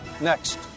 Next